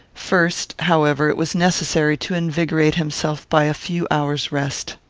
first, however, it was necessary to invigorate himself by a few hours' rest.